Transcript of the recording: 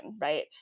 right